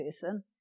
person